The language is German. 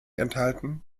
enthalten